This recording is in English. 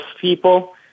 people